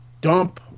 dump